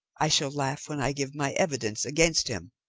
i shall laugh when i give my evidence against him,